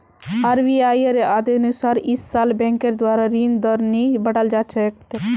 आरबीआईर आदेशानुसार इस साल बैंकेर द्वारा ऋण दर नी बढ़ाल जा तेक